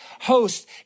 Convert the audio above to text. host